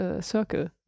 Circle